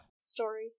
story